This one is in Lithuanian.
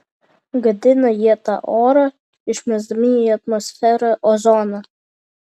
gadina jie tą orą išmesdami į atmosferą ozoną